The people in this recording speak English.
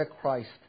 Christ